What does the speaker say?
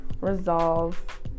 resolve